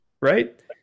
right